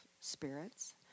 spirits